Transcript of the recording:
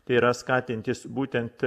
tai yra skatintis būtent